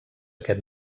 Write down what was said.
aquest